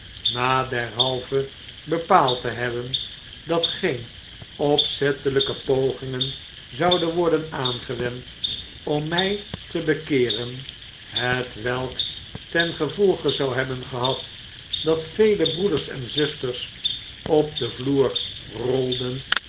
na derhalve bepaald te hebben dat geen opzettelyke pogingen zouden worden aangewend om my te bekeeren hetwelk ten gevolge zou hebben gehad dat vele broeders en zusters op den vloer rolden